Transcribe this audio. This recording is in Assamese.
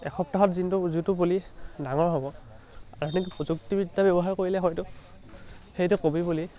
এসপ্তাহত যোনটো পুলি ডাঙৰ হ'ব আধুনিক প্ৰযুক্তিবিদ্যা ব্যৱহাৰ কৰিলে হয়তো সেইটো কবি পুলি